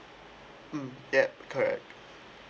mm yup correct